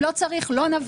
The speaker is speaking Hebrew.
אם לא צריך, לא נבהיר.